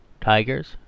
tigers